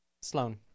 Sloan